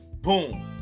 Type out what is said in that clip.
Boom